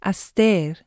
Aster